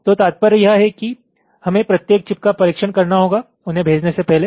तो तात्पर्य यह है कि हमें प्रत्येक चिप का परीक्षण करना होगा उन्हे भेजने से पहले